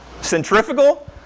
Centrifugal